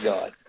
God